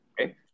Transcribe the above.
Okay